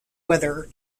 weather